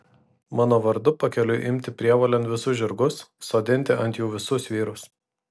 mano vardu pakeliui imti prievolėn visus žirgus sodinti ant jų visus vyrus